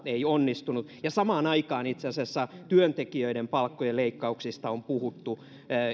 ei onnistunut ja samaan aikaan itse asiassa työntekijöiden palkkojen leikkauksista on puhuttu